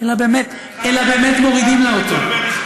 אלא באמת מורידים לה אותו.